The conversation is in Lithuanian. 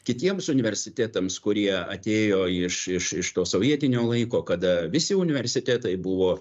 kitiems universitetams kurie atėjo iš iš iš to sovietinio laiko kada visi universitetai buvo